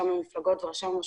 רשם המפלגות ורשם ה-...